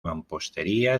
mampostería